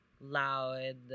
loud